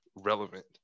relevant